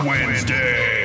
Wednesday